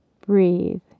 Breathe